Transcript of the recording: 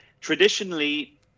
traditionally